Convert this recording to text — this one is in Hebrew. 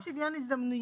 לפי חוק שוויון הזדמנויות